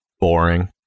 Boring